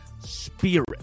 spirit